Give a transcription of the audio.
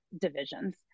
divisions